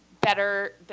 better